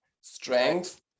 strength